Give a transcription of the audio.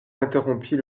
interrompit